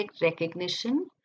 recognition